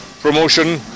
promotion